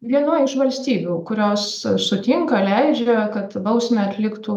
vienoj iš valstybių kurios sutinka leidžia kad bausmę atliktų